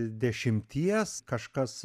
dešimties kažkas